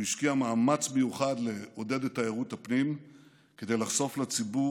הוא השקיע מאמץ מיוחד לעודד את תיירות הפנים כדי לחשוף לציבור